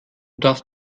darfst